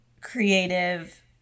creative